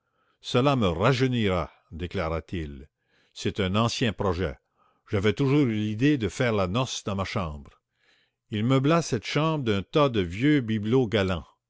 cela me rajeunira déclarait il c'est un ancien projet j'avais toujours eu l'idée de faire la noce dans ma chambre il meubla cette chambre d'un tas de vieux bibelots galants